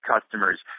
customers